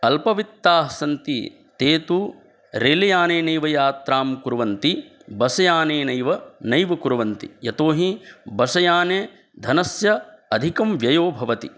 अल्पवित्ताः सन्ति ते तु रेलयानेनैव यात्रां कुर्वन्ति बसयाने नैव नैव कुर्वन्ति यतो हि बसयाने धनस्य अधिकं व्ययो भवति